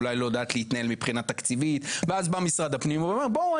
אולי לא יודעת להתנהל מבחינה תקציבית ואז בא משרד הפנים ואומר: בואו,